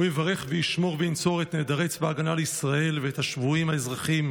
הוא יברך וישמור וינצור את נעדרי צבא ההגנה לישראל ואת השבויים האזרחים